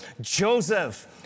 Joseph